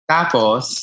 Tapos